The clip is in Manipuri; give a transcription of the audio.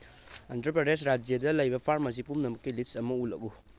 ꯑꯟꯗ꯭ꯔ ꯄ꯭ꯔꯗꯦꯁ ꯔꯥꯖ꯭ꯌꯗ ꯂꯩꯕ ꯐꯥꯔꯃꯥꯁꯤ ꯄꯨꯝꯅꯃꯛꯀꯤ ꯂꯤꯁ ꯑꯃ ꯎꯠꯂꯛꯎ